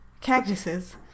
cactuses